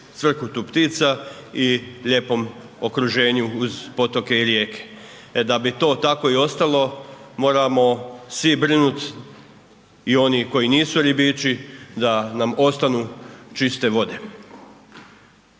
cvrkutu ptica i lijepom okruženju uz potoke i rijeke. E da bi to tako i ostalo moramo svi brinuti i oni koji nisu ribiči da nam ostanu čiste vode.